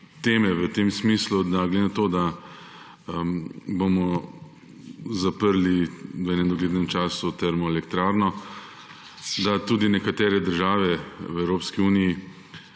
teme v tem smislu, da glede na to, da bomo zaprli v enem doglednem času termoelektrarno, da tudi nekatere države v EU ne